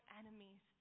enemies